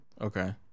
Okay